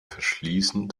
verschließen